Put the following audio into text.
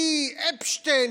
כי אפשטיין,